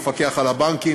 המפקח על הבנקים,